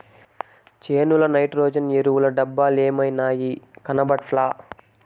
చేనుల నైట్రోజన్ ఎరువుల డబ్బలేమైనాయి, కనబట్లా